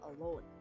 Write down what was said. alone